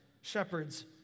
shepherds